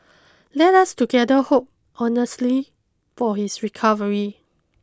let us together hope earnestly for his recovery